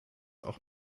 auch